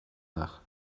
nach